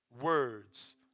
words